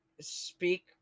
Speak-